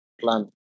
plan